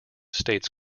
states